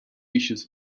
issues